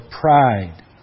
pride